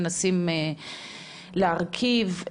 מנסים להרכיב,